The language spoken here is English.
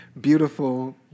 Beautiful